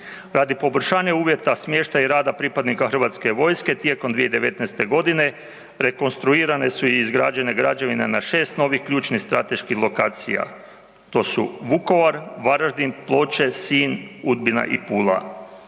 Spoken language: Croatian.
Radi poboljšanja uvjeta smještaja i rada pripadnika hrvatske vojske tijekom 2019.-te godine rekonstruirane su i izgrađene građevine na šest novih ključnih strateških lokacija, to su Vukovar, Varaždin, Ploče, Sinj, Udbina i Pula.